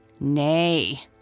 Nay